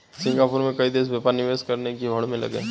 Singapore में कई देश व्यापार निवेश करने की होड़ में लगे हैं